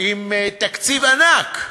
עם תקציב ענק,